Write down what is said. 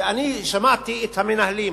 ואני שמעתי את המנהלים.